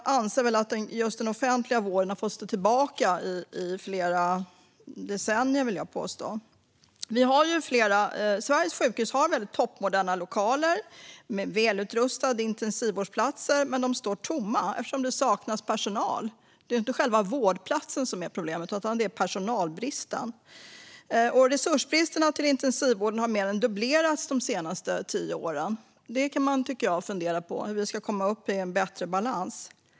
Jag vill påstå att just den offentliga vården har fått stå tillbaka i flera decennier. Sveriges sjukhus har toppmoderna lokaler med välutrustade intensivvårdsplatser - men de står tomma, eftersom det saknas personal. Det är inte själva vårdplatsen som är problemet, utan det är personalbristen. Resursbristerna inom intensivvården har mer än dubblerats de senaste tio åren, och jag tycker att man kan fundera på hur vi ska komma upp i en bättre balans.